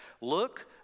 Look